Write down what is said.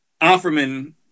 Offerman